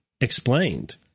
explained